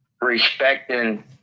Respecting